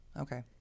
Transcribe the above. Okay